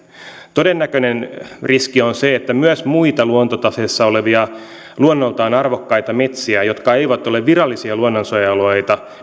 todennäköinen riski on se että myös muita luontotaseessa olevia luonnoltaan arvokkaita metsiä jotka eivät ole virallisia luonnonsuojelualueita